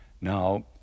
now